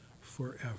forever